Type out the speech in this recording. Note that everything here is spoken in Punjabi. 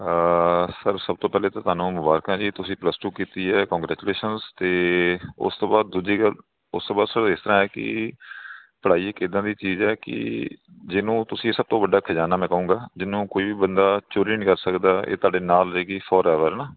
ਸਰ ਸਭ ਤੋਂ ਪਹਿਲੇ ਤਾਂ ਤੁਹਾਨੂੰ ਮੁਬਾਰਕਾਂ ਜੀ ਤੁਸੀਂ ਪਲੱਸ ਟੂ ਕੀਤੀ ਹੈ ਕੋਂਗ੍ਰੈਚੂਲੇਸ਼ਨਸ ਅਤੇ ਉਸ ਤੋਂ ਬਾਅਦ ਦੂਜੀ ਗੱਲ ਉਸ ਤੋਂ ਬਾਅਦ ਸਰ ਇਸ ਤਰ੍ਹਾਂ ਹੈ ਕਿ ਪੜ੍ਹਾਈ ਇੱਕ ਇੱਦਾਂ ਦੀ ਚੀਜ਼ ਹੈ ਕਿ ਜਿਹਨੂੰ ਤੁਸੀਂ ਸਭ ਤੋਂ ਵੱਡਾ ਖਜ਼ਾਨਾ ਮੈਂ ਕਹੂੰਗਾ ਜਿਹਨੂੰ ਕੋਈ ਵੀ ਬੰਦਾ ਚੋਰੀ ਨਹੀਂ ਕਰ ਸਕਦਾ ਇਹ ਤੁਹਾਡੇ ਨਾਲ ਰਹੇਗੀ ਫੋਰਐਵਰ ਨਾ